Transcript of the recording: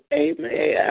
amen